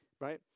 right